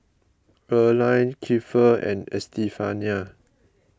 Earline Kiefer and Estefania